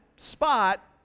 spot